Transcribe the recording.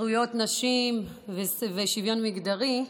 זכויות נשים ושוויון מגזרי,